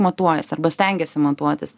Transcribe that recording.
matuojas arba stengias montuotis